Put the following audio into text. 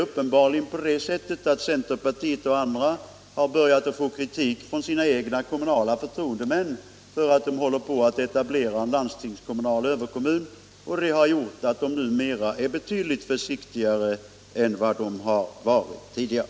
Uppenbarligen har centerpartiet och andra börjat få kritik från sina egna kommunala förtroendemän för att de håller på att etablera landstingen som överkommuner, och det har gjort att de numera är betydligt försiktigare än de har varit tidigare.